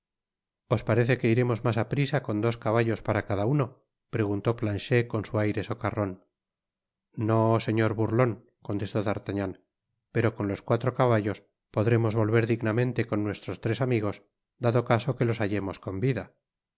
os parece que iremos mas á prisa con dos caballos para cada uno preguntó planchet con su aire socarron no señor burlon contestó d'artagnan pero con los cuatro caballos podremos volver dignamente con nuestros tres amigqs dado caso que los hallemos con vida